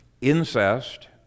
incest